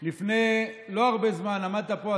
לפני לא הרבה זמן עמדת פה,